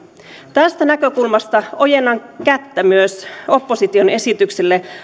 tästä näkökulmasta ojennan kättä myös opposition esitykselle